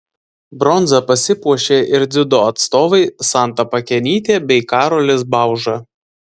bronza pasipuošė ir dziudo atstovai santa pakenytė bei karolis bauža